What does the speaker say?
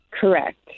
Correct